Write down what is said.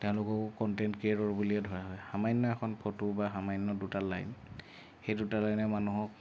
তেওঁলোককো content creator বুলিয়ে ধৰা হয় সামান্য এখন ফটো বা সামান্য দুটা লাইন সেই দুটা লাইনে মানুহক